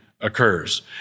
occurs